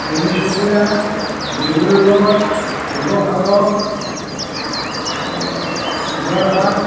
Jorhat Tinsukia Dibrugarh Sivasagar